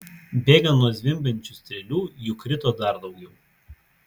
bėgant nuo zvimbiančių strėlių jų krito dar daugiau